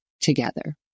together